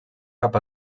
cap